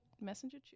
Messenger